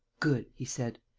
good, he said.